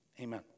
amen